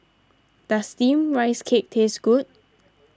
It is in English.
does Steamed Rice Cake taste good